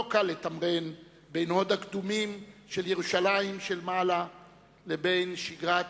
לא קל לתמרן בין הוד הקדומים של ירושלים של מעלה לבין שגרת